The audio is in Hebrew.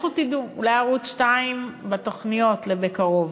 לכו תדעו, אולי ערוץ 2 בתוכניות לבקרוב.